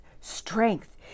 strength